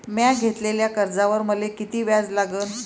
म्या घेतलेल्या कर्जावर मले किती व्याज लागन?